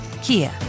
Kia